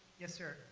yes, sir.